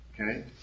Okay